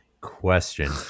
question